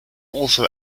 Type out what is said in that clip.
also